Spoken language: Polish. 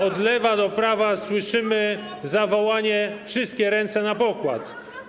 Od lewa do prawa słyszymy zawołanie: wszystkie ręce na pokład!